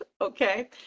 Okay